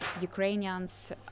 Ukrainians